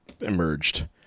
emerged